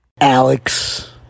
Alex